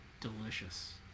delicious